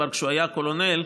כשכבר היה קולונל,